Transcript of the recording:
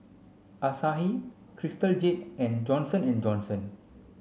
Asahi Crystal Jade and Johnson and Johnson